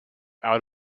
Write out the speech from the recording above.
out